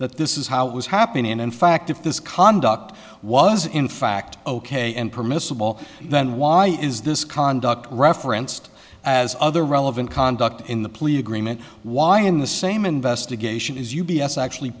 that this is how it was happening and in fact if this conduct was in fact ok and permissible then why is this conduct referenced as other relevant conduct in the plea agreement why in the same investigation is u b s actually